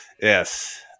Yes